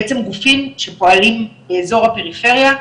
בעצם גופים שפועלים באזור הפריפריה,